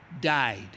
died